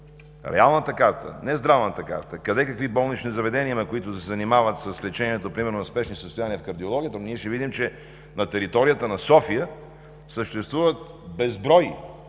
на страната, не здравната карта, къде какви болнични заведения има, които да се занимават с лечението, примерно на спешни състояния в кардиологията, ние ще видим, че на територията на София съществуват безброй